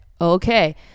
okay